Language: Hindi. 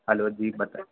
हेलो जी बता